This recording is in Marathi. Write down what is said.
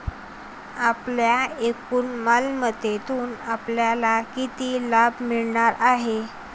आपल्या एकूण मालमत्तेतून आपल्याला किती लाभ मिळणार आहे?